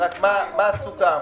מה סוכם.